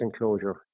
enclosure